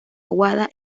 aguada